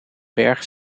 berg